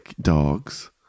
dogs